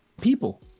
people